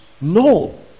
No